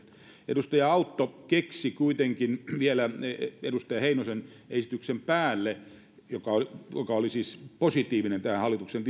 edustaja autto keksi kyllä kuitenkin vielä edustaja heinosen esityksen päälle joka oli siis positiivinen esitys tästä hallituksen